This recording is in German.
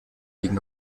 liegen